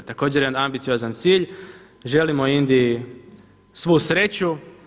Također jedan ambiciozan cilj, želimo Indiji svu sreću.